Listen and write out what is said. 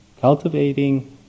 Cultivating